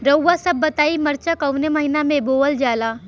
रउआ सभ बताई मरचा कवने महीना में बोवल जाला?